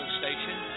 station